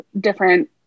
different